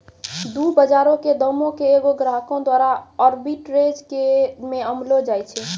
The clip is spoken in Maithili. दु बजारो के दामो के एगो ग्राहको द्वारा आर्बिट्रेज मे आंकलो जाय छै